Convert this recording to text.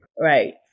right